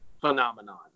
phenomenon